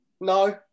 No